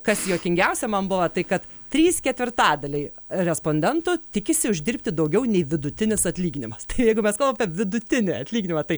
kas juokingiausia man buvo tai kad trys ketvirtadaliai respondentų tikisi uždirbti daugiau nei vidutinis atlyginimas jeigu mes kal apie vidutinį atlyginimą tai